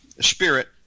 spirit